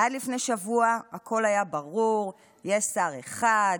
עד לפני שבוע הכול היה ברור: יש שר אחד,